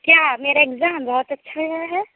क्या मेरा एग्ज़ाम बहुत अच्छा गया है